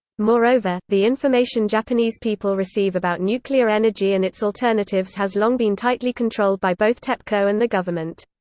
moreover, the information japanese people receive about nuclear energy and its alternatives has long been tightly controlled by both tepco and the government.